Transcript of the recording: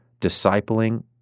discipling